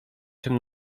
czym